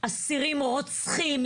אסירים רוצחים,